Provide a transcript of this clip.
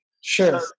Sure